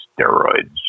steroids